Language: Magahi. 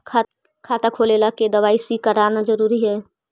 खाता खोले ला के दवाई सी करना जरूरी है?